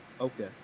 Okay